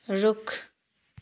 रुख